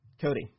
Cody